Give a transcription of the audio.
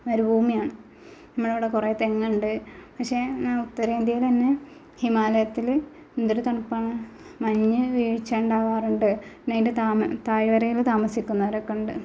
മരുഭൂമിയാണ് നമ്മളെ അവിടെ കുറേ തെങ്ങുണ്ട് പക്ഷെ ഉത്തരേന്ത്യയിൽ തന്നെ ഹിമാലയത്തിൽ എന്തൊരു തണുപ്പാണ് മഞ്ഞ് വീഴ്ച്ച ഉണ്ടാവാറുണ്ട് പിന്നെ അതിൻ്റെ താഴ്വരയിൽ താമസിക്കുന്നവരൊക്കൊ ഉണ്ട്